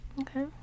Okay